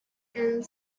and